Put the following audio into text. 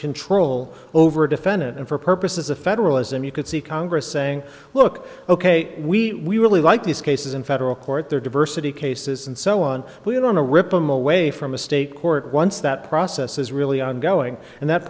control over a defendant and for purposes of federalism you could see congress saying look ok we really like these cases in federal court their diversity cases and so on we're gonna rip them away from a state court once that process is really ongoing and that